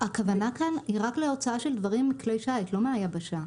הכוונה כאן היא רק להוצאה של כלי שיט, לא מהיבשה.